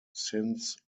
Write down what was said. since